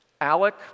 Alec